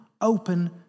open